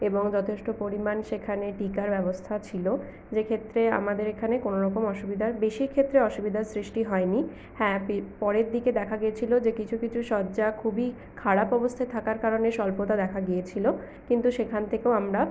এবং যথেষ্ট পরিমাণ সেখানে টিকার ব্যবস্থা ছিল যেক্ষেত্রে আমাদের এখানে কোনওরকম অসুবিধার বেশির ক্ষেত্রে অসুবিধার সৃষ্টি হয়নি হ্যাঁ পরের দিকে দেখা গেছিলো যে কিছু কিছু শয্যা খুবই খারাপ অবস্থায় থাকার কারণে স্বল্পতা দেখা গিয়েছিলো কিন্তু সেখান থেকেও আমরা